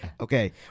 Okay